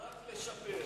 רק לשפר.